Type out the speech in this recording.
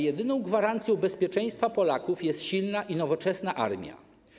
Jedyną gwarancją bezpieczeństwa Polaków jest silna i nowoczesna armia.